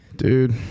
Dude